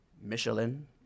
Michelin